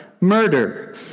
Murder